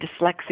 dyslexia